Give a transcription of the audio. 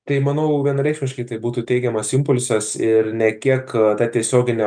tai manau vienareikšmiškai tai būtų teigiamas impulsas ir ne kiek ta tiesiogine